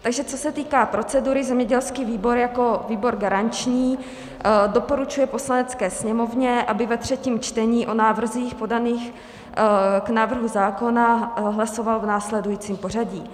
Takže co se týká procedury, zemědělský výbor jako výbor garanční doporučuje Poslanecké sněmovně, aby ve třetím čtení o návrzích podaných k návrhu zákonů hlasovala v následujícím pořadí: